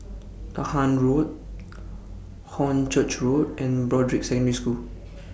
Dahan Road Hornchurch Road and Broadrick Secondary School